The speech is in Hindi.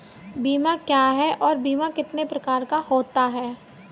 बीमा क्या है और बीमा कितने प्रकार का होता है?